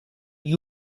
gli